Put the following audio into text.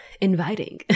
inviting